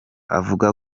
avuga